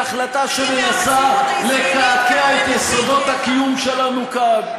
החלטה שמנסה לקעקע את יסודות הקיום שלנו כאן.